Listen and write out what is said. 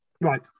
Right